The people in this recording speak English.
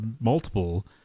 multiple